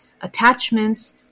attachments